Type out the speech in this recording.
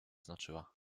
znaczyła